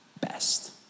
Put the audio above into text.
best